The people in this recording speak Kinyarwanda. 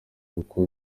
kuko